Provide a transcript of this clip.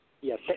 yes